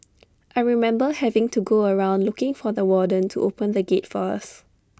I remember having to go around looking for the warden to open the gate for us